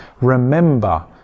Remember